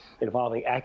involving